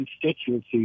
constituency